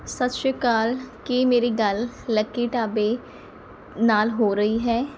ਸਤਿ ਸ਼੍ਰੀ ਅਕਾਲ ਕੀ ਮੇਰੀ ਗੱਲ ਲੱਕੀ ਢਾਬੇ ਨਾਲ ਹੋ ਰਹੀ ਹੈ